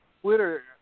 Twitter